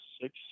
six